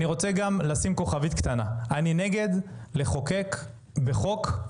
אני רוצה לשים כוכבית קטנה אני נגד חקיקת חוק על